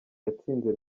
yatsinze